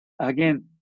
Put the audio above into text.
again